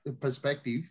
perspective